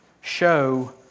show